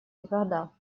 никогда